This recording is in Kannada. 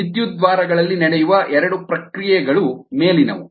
ವಿದ್ಯುದ್ವಾರಗಳಲ್ಲಿ ನಡೆಯುವ ಎರಡು ಪ್ರತಿಕ್ರಿಯೆಗಳು ಮೇಲಿನವು